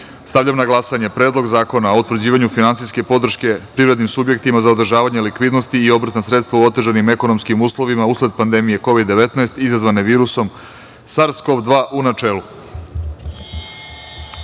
na glasanje Predlog zakona o utvrđivanju finansijske podrške privrednim subjektima za održavanje likvidnosti i obrtna sredstva u otežanim ekonomskim uslovima usled pandemije Kovid-19 izazvane virusom SARS-CoV-2, u